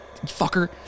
Fucker